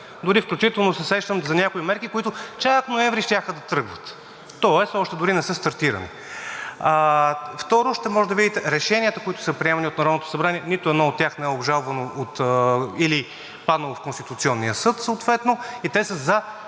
Дори, включително се сещам за някои мерки, които чак ноември щяха да тръгват, тоест още дори не са стартирани. Второ, ще можете да видите решенията, които са приемани от Народното събрание. Нито едно от тях не е обжалвано или паднало в Конституционния съд съответно и те са за